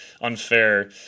unfair